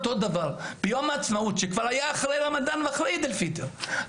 ביום העצמאות שהיה כבר אחרי הרמדאן ועיד אל פיטר,